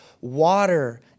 water